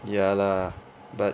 ya lah but